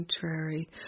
contrary